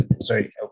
sorry